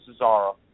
Cesaro